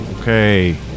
Okay